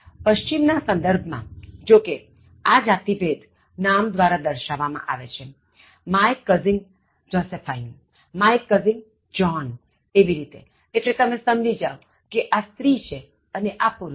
પશ્ચિમ ના સંદર્ભ માંજો કેઆ જાતિભેદ નામ દ્વારા દર્શાવવા માં આવે છે my cousin Josephine my cousin John એવી રીતે એટલે તમે સમજી જાવ કે આ સ્ત્રી છે અને આ પુરુષ